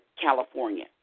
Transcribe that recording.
California